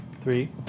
Three